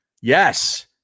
Yes